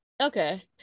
Okay